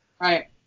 right